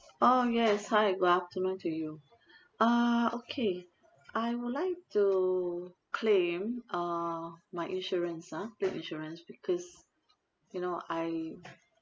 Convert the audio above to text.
oh yes hi good afternoon to you uh okay I would like to claim uh my insurance ah claim insurance because you know I